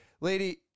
lady